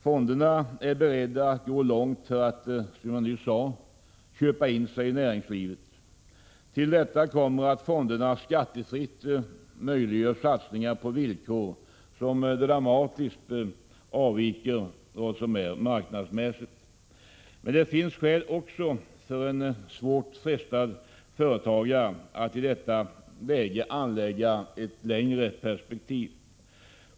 Fonderna är beredda att gå långt för att, som jag nyss sade, köpa in sigi näringslivet. Till detta kommer att fonderna skattefritt möjliggör satsningar på villkor som dramatiskt avviker från vad som är marknadsmässigt. Men det finns också skäl för en svårt frestad företagare att i detta läge anlägga ett längre perspektiv.